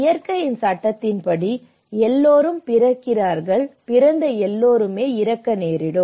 இயற்கையின் சட்டத்தின்படி எல்லோரும் பிறக்கிறார்கள் எல்லோரும் இறக்க நேரிடும்